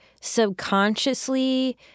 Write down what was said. subconsciously –